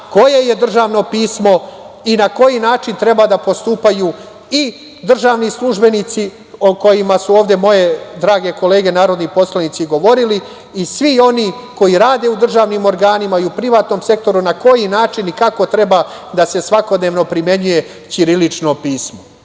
koje je državno pismo i na koji način treba da postupaju i državni službenici o kojima su ovde moje drage kolege narodni poslanici govorili i svi oni koji rade u državnim organima i privatnom sektoru, na koji način i kako treba da se svakodnevno primenjuje ćirilično pismo.